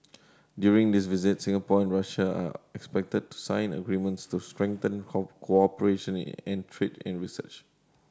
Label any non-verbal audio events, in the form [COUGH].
during this visit Singapore and Russia are expected to sign agreements to strengthen [UNINTELLIGIBLE] cooperation [UNINTELLIGIBLE] in trade and research